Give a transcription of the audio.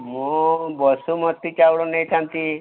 ମୁଁ ବାସୁମତି ଚାଉଳ ନେଇଥାନ୍ତି